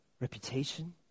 reputation